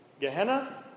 Gehenna